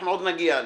אנחנו עוד נגיע לזה.